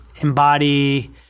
embody